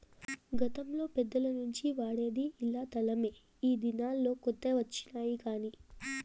గతంలో పెద్దల నుంచి వాడేది ఇలా తలమే ఈ దినాల్లో కొత్త వచ్చినాయి కానీ